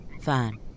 Fine